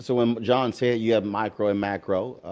so when john said you have micro and macro,